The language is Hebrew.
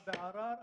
הורים.